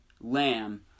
lamb